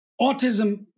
Autism